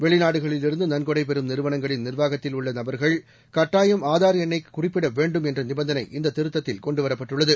வெளிநாடுகளில் இருந்து நன்கொடை பெறும் நிறுவனங்களின் நிர்வாகத்தில் உள்ள நபர்கள் கட்டாயம் ஆதார் எண்ணைக் கட்டாயம் குறிப்பிடவேண்டும் என்ற நிபந்தனை இந்த திருத்தத்தில் கொண்டு வரப்பட்டுள்ளது